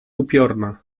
upiorna